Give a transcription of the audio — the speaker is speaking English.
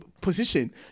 position